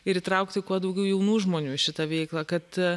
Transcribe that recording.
ir įtraukti kuo daugiau jaunų žmonių į šitą veiklą kad